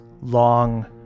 long